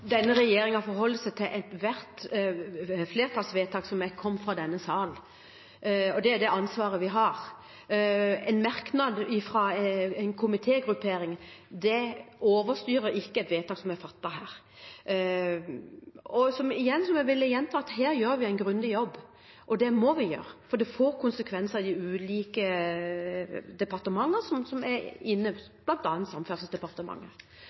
Denne regjeringen forholder seg til ethvert flertallsvedtak som er kommet fra denne sal, og det er det ansvaret vi har. En merknad fra en komitégruppering overstyrer ikke et vedtak som er fattet her. Jeg vil gjenta at her gjør vi en grundig jobb, og det må vi gjøre, for det får konsekvenser i de ulike departementer som er inne i dette, bl.a. Samferdselsdepartementet.